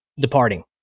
departing